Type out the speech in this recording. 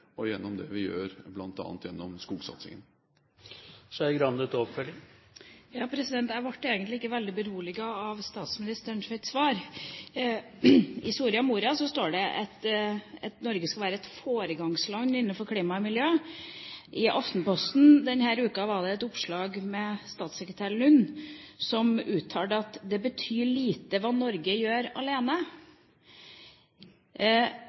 og gjennom det vi gjør bl.a. når det gjelder skogsatsingen. Jeg ble egentlig ikke veldig beroliget av statsministerens svar. I Soria Moria står det at Norge skal være et foregangsland innenfor klima og miljø. I Aftenposten denne uken var det et oppslag med statssekretær Lund, som uttalte: «Det betyr lite hva Norge gjør alene.»